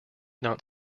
not